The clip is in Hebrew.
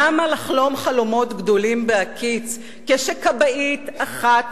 למה לחלום חלומות גדולים בהקיץ כשכבאית אחת